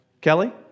Kelly